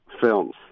films